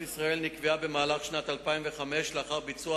המעשית היא עידוד נהגים שלא לבטח את